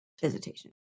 visitation